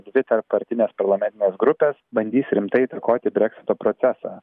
dvi tarppartinės parlamentinės grupės bandys rimtai įtakoti breksito procesą